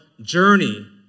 journey